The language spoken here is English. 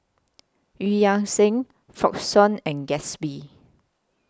EU Yan Sang Frixion and Gatsby